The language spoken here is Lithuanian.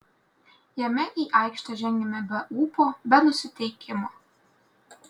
jame į aikštę žengėme be ūpo be nusiteikimo